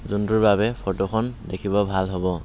যোনটোৰ বাবে ফটোখন দেখিব ভাল হ'ব